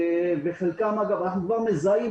אנחנו כבר מזהים